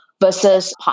versus